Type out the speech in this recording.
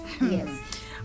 Yes